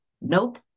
nope